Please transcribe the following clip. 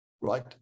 right